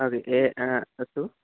अस्तु